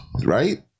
Right